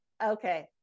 Okay